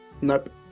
Nope